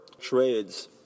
trades